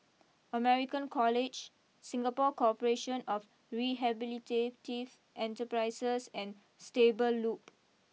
American College Singapore Corporation of Rehabilitative Enterprises and Stable Loop